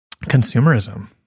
consumerism